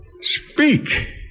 speak